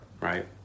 right